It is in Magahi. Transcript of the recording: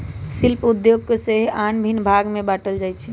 शिल्प उद्योग के सेहो आन भिन्न भाग में बाट्ल जाइ छइ